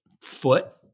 foot